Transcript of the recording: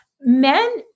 Men